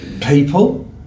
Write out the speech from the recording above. people